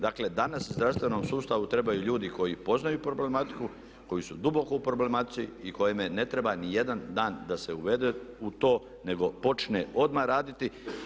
Dakle, danas zdravstvenom sustavu trebaju ljudi koji poznaju problematiku, koji su duboko u problematici i kojima ne treba nijedan dan da se uvede u to nego počne odmah raditi.